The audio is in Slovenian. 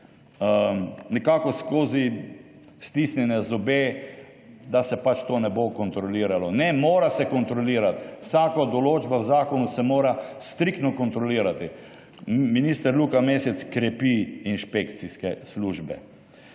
nekako skozi stisnjene zobe, da se to ne bo kontroliralo. Ne, mora se kontrolirati. Vsaka določba v zakonu se mora striktno kontrolirati. Minister Luka Mesec krepi inšpekcijske službe.